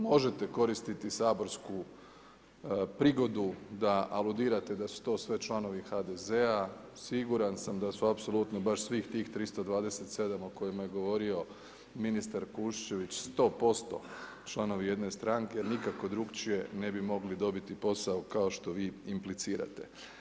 Možete koristiti saborsku prigodu, da aludirate da su sve to članovi HDZ-a, siguran sam, da su apsolutno baš svi tih 327 o kojima je govorio ministar Kuščević 100% članovi jedne stranke, jer nikako drugačije ne bi mogli dobiti posao, kao što vi implicirate.